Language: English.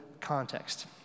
context